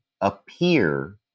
appear